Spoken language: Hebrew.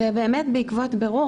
ובאמת בעקבות בירור,